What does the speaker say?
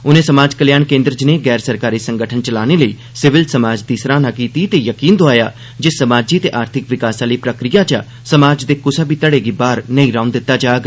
उनें समाज कल्याण केन्द्र ज्नेह् गैर सरकारी संगठन चलाने लेई सिविल समाज दी सराह्ना कीती ते यकीन दोआया जे समाजी ते आर्थिक विकास आह्ली प्रक्रिया चा समाज दे कुसा बी घड़े गी बाहर नेई रौह्न दित्ता जाग